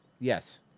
Yes